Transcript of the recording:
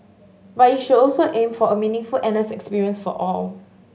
but it should also aim for a meaningful N S experience for all